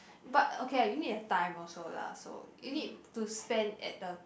but okay lah you need have time also lah so you need to spend at the